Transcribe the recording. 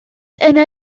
yna